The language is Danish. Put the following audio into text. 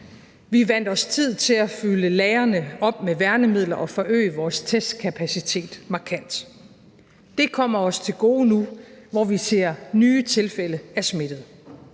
vi vandt os tid til at fylde lagrene op med værnemidler og forøge vores testkapacitet markant. Det kommer os til gode nu, hvor vi ser nye tilfælde af smittede: